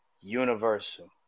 Universal